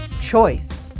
choice